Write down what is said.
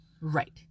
Right